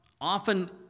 often